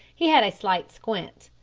he had a slight squint.